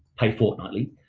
paid fortnightly,